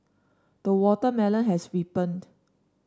the watermelon has ripened